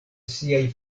siaj